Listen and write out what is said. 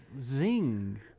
Zing